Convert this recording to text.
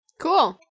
cool